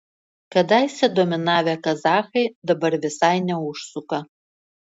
kadaise dominavę kazachai dabar visai neužsuka